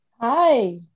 Hi